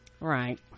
right